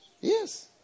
Yes